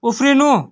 उफ्रिनु